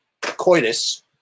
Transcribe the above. coitus